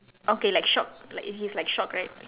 okay like shock like he's like shocked right